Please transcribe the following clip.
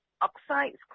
oxides